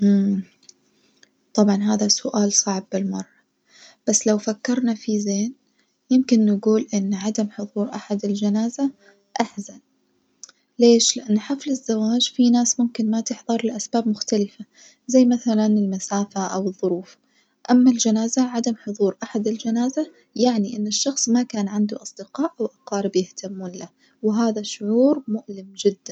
طبعا هذا سؤال صعب بالمرة، بس لو فكرنا فيه زين يمكن نجول إن عدم حضور أحد الجنازة أحزن ليش؟ لإن حفل الزواج في ناس ممكن ما تحضر لأسباب مختلفة زي مثلا المسافة أو الظروف، أما الجنازة عدم حضور أحد الجنازة يعني الشخص ما كان عنده أصدقاء و أقارب يهتمون له، وهذا الشعور مؤلم جدًا.